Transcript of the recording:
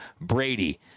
Brady